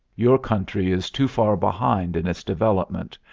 your country is too far behind in its development,